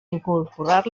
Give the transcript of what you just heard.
incorporar